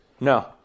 No